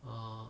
ah